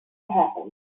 happen